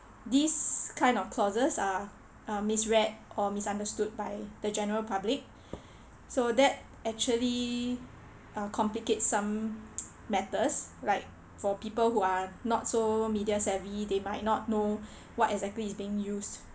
these kind of clauses are um misread or misunderstood by the general public so that actually uh complicate some matters like for people who are not so media savvy they might not know what exactly is being used